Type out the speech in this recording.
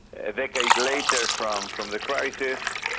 a decade later from from the crisis,